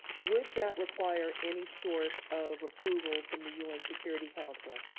would that require any sort of approval from the un security council?